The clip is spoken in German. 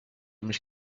mich